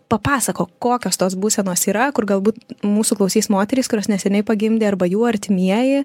papasakok kokios tos būsenos yra kur galbūt mūsų klausys moterys kurios neseniai pagimdė arba jų artimieji